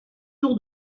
tour